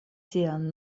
sian